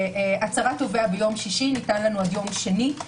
הצהרת תובע ביום שישי ניתן לנו עד יום שני.